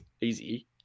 easy